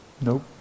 Nope